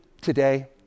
today